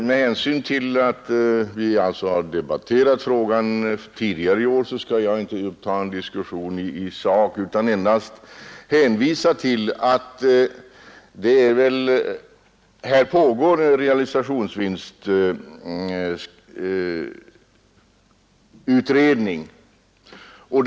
Med hänsyn till att vi alltså har debatterat frågan tidigare i år skall jag inte ta upp en diskussion i sak utan hänvisar endast till att en realisationsvinstutredning pågår.